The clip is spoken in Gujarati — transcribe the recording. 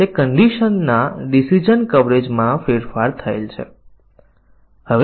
અને આપણે વ્હાઇટ બોક્સ પરીક્ષણ વ્યૂહરચના કેવી રીતે ડિઝાઇન કરી શકીએ છીએ જે તે ભૂલોને તપાસશે